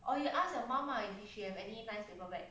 or you ask her mum I knew she have any nice paperback back